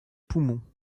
poumons